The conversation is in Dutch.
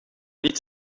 niet